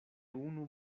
unu